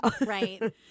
Right